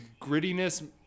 grittiness